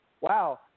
wow